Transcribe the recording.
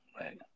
right